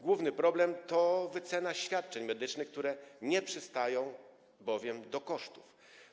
Główny problem to wyceny świadczeń medycznych, nie przystają one bowiem do kosztów.